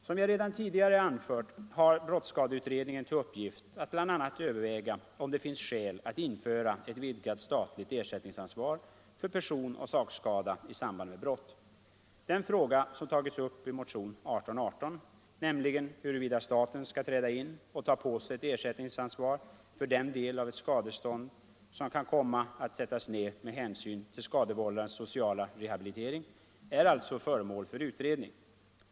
Som jag redan tidigare anfört har brottsskadeutredningen till uppgift att bl.a. överväga, om det finns skäl att införa ett vidgat statligt ersättningsansvar för person och sakskada i samband med brott. Den fråga som tagits upp i motionen 1818, nämligen huruvida staten skall träda in och ta på sig ett ersättningsansvar för den del av det skadestånd som kan komma att sättas ned med hänsyn till skadevållarens sociala rehabilitering är alltså föremål för utredning.